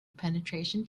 penetration